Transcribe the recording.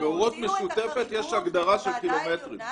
בהורות משותפת יש הגדרה של קילומטרים.